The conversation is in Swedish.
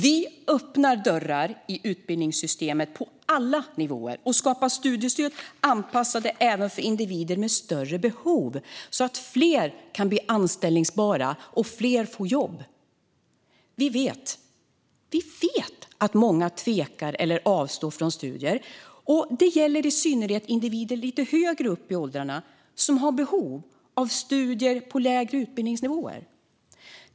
Vi öppnar dörrar i utbildningssystemet på alla nivåer och skapar studiestöd anpassade även för individer med större behov så att fler kan bli anställbara och få jobb. Vi vet att många tvekar eller avstår från studier. Det gäller i synnerhet individer lite högre upp i åldrarna som har behov av att studera på lägre utbildningsnivåer.